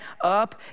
up